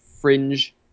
fringe